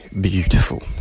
beautiful